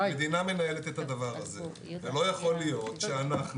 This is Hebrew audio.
המדינה מנהלת את הדבר הזה ולא יכול להיות שאנחנו